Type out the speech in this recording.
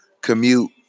commute